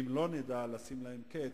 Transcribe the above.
אם לא נדע לשים להן קץ,